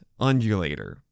undulator